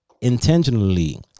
intentionally